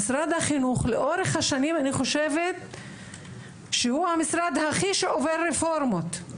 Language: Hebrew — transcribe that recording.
אני חושבת שלאורך השנים משרד החינוך הוא המשרד שעובר הכי הרבה רפורמות.